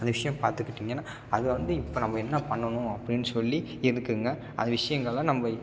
அந்த விஷயம் பார்த்துக்கிட்டிங்கன்னா அது வந்து இப்போ நம்ம என்ன பண்ணணும் அப்படின் சொல்லி இருக்குங்க அந்த விஷயங்கள்லாம் நம்ம